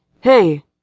Hey